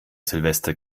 silvester